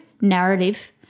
narrative